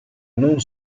non